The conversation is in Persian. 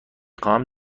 خواهم